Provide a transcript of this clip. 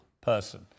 person